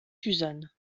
suzanne